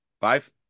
Five